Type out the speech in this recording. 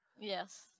Yes